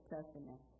Testament